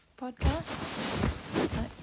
podcast